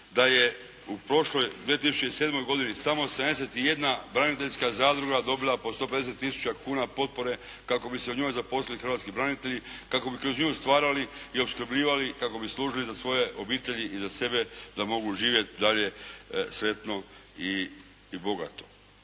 Da je u prošloj 2007. godini samo 71 braniteljska zadruga dobila po 150 tisuća kuna potpore kako bi se u njoj zaposlili hrvatski branitelji kako bi kroz nju stvarali i opskrbljivali, kako bi služili za svoje obitelji i za sebe da mogu živjeti dalje sretno i bogato.